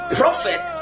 prophet